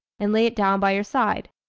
and lay it down by your side.